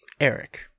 Eric